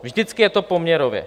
Vždycky je to poměrově.